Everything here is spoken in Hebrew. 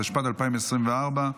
התשפ"ד 2024,